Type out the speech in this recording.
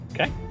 Okay